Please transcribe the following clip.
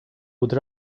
would